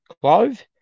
clove